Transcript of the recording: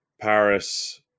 Paris